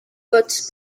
votes